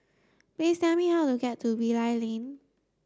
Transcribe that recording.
please tell me how to get to Bilal Lane